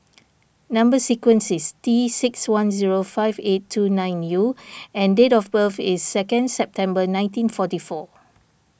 Number Sequence is T six one zero five eight two nine U and date of birth is second September nineteen forty four